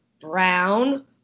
brown